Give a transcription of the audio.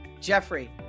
Jeffrey